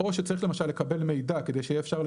או שצריך למשל לקבל מידע כדי שאפשר יהיה